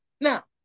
Now